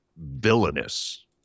villainous